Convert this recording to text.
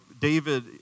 David